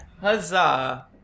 huzzah